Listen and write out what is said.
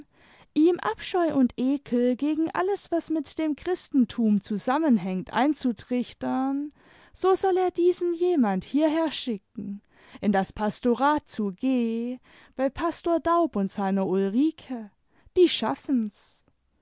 ihm abscheu und ekel gegen alles was mit dem christentum zusammenhängt einzutrichtern so soll er diesen jemand hierherschicken in das pastorat zu g bei pastor daub und seiner ulrike die schaffen's